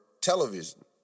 television